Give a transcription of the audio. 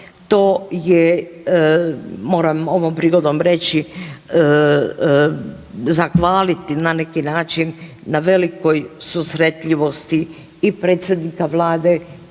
To je moram ovom prigodom reći, zahvaliti na neki način na velikoj susretljivosti i predsjednika Vlade